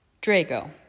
Draco